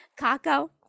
Kako